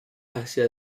hacia